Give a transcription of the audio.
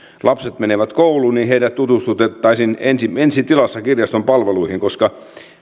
lapset menevät kouluun niin heidät tutustutettaisiin ensi ensi tilassa kirjaston palveluihin koska